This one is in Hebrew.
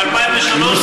עוד ב-2003,